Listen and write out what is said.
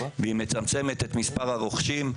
והיא מצמצמת את מספר הרוכשים,